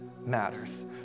matters